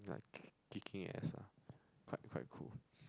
kicking ass ah quite quite cool